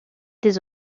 des